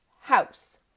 house